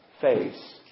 face